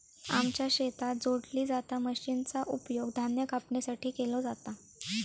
आमच्या शेतात जोडली जाता मशीनचा उपयोग धान्य कापणीसाठी केलो जाता